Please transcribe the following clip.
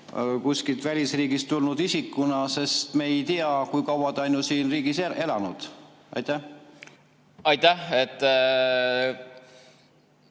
kuskilt välisriigist tulnud isikul, sest me ei tea, kui kaua ta on siin riigis elanud. Aitäh,